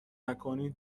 نکنی